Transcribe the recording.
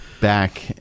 back –